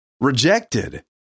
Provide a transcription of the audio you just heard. rejected